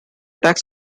attack